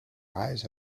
eyes